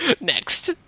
Next